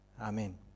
Amen